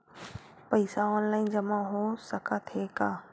पईसा ऑनलाइन जमा हो साकत हे का?